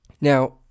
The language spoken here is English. Now